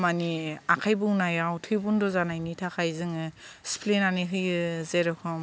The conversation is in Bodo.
मानि आखाय बौनायाव थै बन्द जानायनि थाखाय जोङो सिप्लेनानै होयो जेरखम